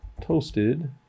toasted